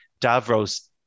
Davros